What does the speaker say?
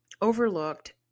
overlooked